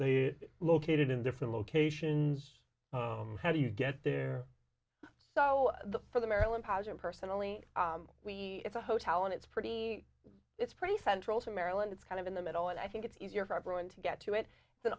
they located in different locations how do you get there so for the maryland pozen personally we have a hotel and it's pretty it's pretty central to maryland it's kind of in the middle and i think it's easier for everyone to get to it it's an